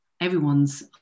everyone's